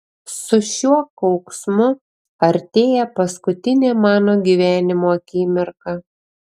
su šiuo kauksmu artėja paskutinė mano gyvenimo akimirka